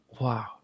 wow